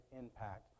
impact